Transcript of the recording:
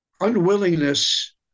unwillingness